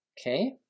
Okay